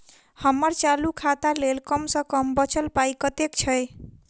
हम्मर चालू खाता लेल कम सँ कम बचल पाइ कतेक छै?